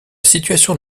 situation